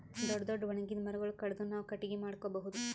ದೊಡ್ಡ್ ದೊಡ್ಡ್ ಒಣಗಿದ್ ಮರಗೊಳ್ ಕಡದು ನಾವ್ ಕಟ್ಟಗಿ ಮಾಡ್ಕೊಬಹುದ್